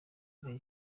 bibera